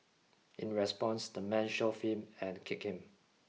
in response the man shoved him and kicked him